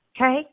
okay